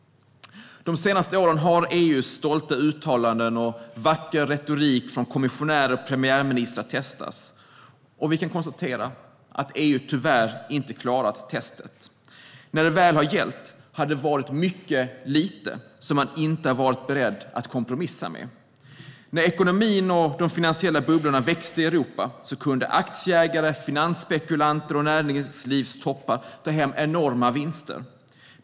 De senaste åren har EU:s stolta uttalanden och vackra retorik från kommissionärer och premiärministrar testats. Vi kan konstatera att EU tyvärr inte har klarat testet. När det väl har gällt har det varit mycket lite som man inte har varit beredd att kompromissa om. När ekonomin och de finansiella bubblorna växte i Europa kunde aktieägare, finansspekulanter och näringslivstoppar ta hem enorma vinster.